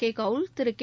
கேகவுல் திரு கே